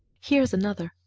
here's another,